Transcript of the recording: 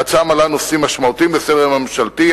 ההצעה מעלה נושאים משמעותיים לסדר-היום הממשלתי,